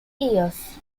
years